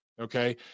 Okay